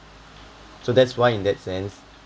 so that's why in that sense